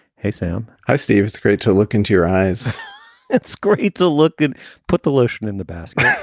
hey, sam hi, steve. it's great to look into your eyes it's great. it's a look. and put the lotion in the basket.